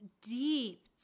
deep